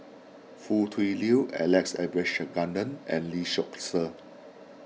Foo Tui Liew Alex Abisheganaden and Lee Seow Ser